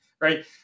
right